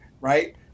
right